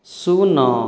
ଶୂନ